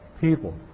people